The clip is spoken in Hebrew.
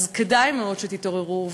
אז כדאי מאוד שתתעוררו,